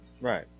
right